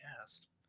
cast